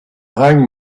hang